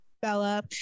Bella